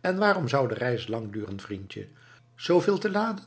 en waarom zou de reis lang duren vriendje zoo veel te laden